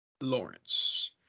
Lawrence